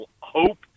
hope